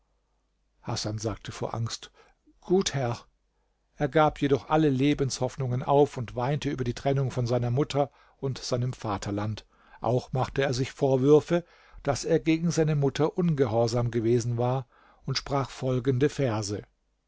hasan sagte vor angst gut herr er gab jedoch alle lebenshoffnungen auf und weinte über die trennung von seiner mutter und seinem vaterland auch machte er sich vorwürfe daß er gegen seine mutter ungehorsam gewesen war und sprach folgende verse